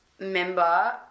member